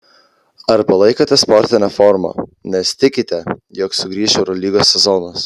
ar palaikote sportinę formą nes tikite jog sugrįš eurolygos sezonas